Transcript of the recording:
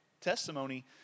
testimony